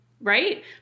Right